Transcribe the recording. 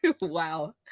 Wow